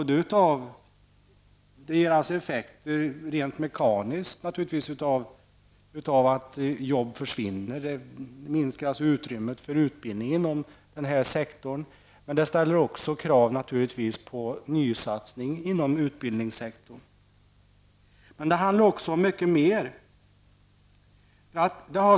Det blir rent fysiska effekter av att jobb försvinner. Utrymmet för utbildning minskar inom industrin, men det ställer naturligtvis också krav på nysatsning inom utbildningssektorn. Men det handlar om mycket mer.